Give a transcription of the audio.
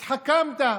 התחכמת.